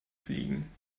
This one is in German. fliegen